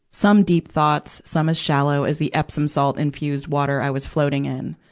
some deep thoughts, some as shallow as the epsom salt-infused water i was floating in.